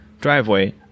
driveway